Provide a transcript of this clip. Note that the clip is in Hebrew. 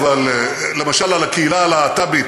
אבל למשל על הקהילה הלהט"בית,